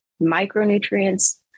micronutrients